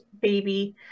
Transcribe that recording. baby